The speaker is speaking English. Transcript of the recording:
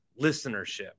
listenership